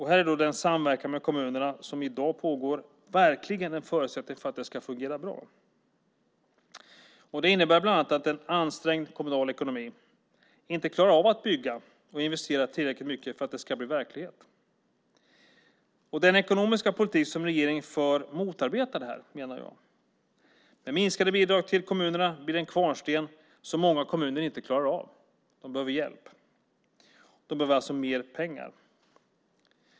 Här är den samverkan med kommunerna som i dag pågår en förutsättning för att det ska fungera bra. En ansträngd kommunal ekonomi klarar inte av att bygga och investera tillräckligt mycket för att detta ska bli verklighet. Den ekonomiska politik som regeringen för motarbetar detta. Med minskade bidrag till kommunerna blir detta en kvarnsten som många kommuner inte klarar av att bära. De behöver hjälp och alltså mer pengar.